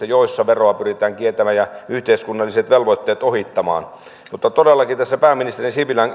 joissa veroa pyritään kiertämään ja yhteiskunnalliset velvoitteet ohittamaan mutta todellakin tässä pääministeri sipilän